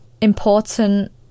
important